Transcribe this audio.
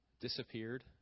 disappeared